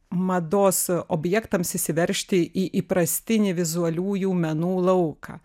mados objektams įsiveržti į įprastinį vizualiųjų menų lauką